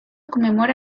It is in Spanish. conmemora